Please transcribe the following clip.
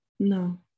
No